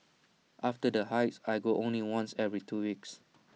after the hikes I go only once every two weeks